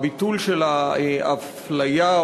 ביטול האפליה,